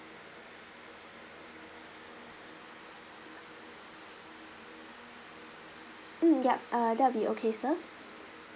mm ya uh that'll be okay sir